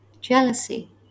Jealousy